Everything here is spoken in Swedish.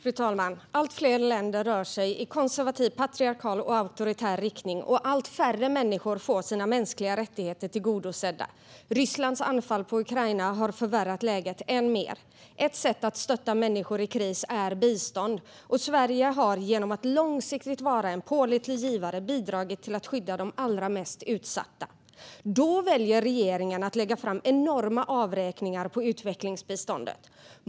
Fru talman! Allt fler länder rör sig i konservativ, patriarkal och auktoritär riktning, och allt färre människor får sina mänskliga rättigheter tillgodosedda. Rysslands anfall mot Ukraina har förvärrat läget än mer. Ett sätt att stötta människor i kris är bistånd, och Sverige har genom att långsiktigt vara en pålitlig givare bidragit till att skydda de allra mest utsatta. I det läget väljer regeringen att lägga fram enorma avräkningar på utvecklingsbiståndet.